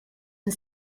and